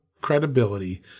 credibility